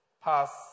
pass